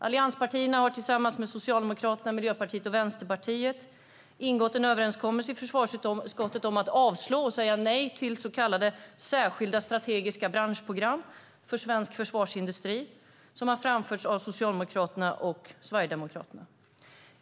Allianspartierna har tillsammans med Socialdemokraterna, Miljöpartiet och Vänsterpartiet ingått en överenskommelse i försvarsutskottet om att avslå och säga nej till så kallade särskilda strategiska branschprogram för svensk försvarsindustri, som har framförts av Socialdemokraterna och Sverigedemokraterna.